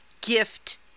gift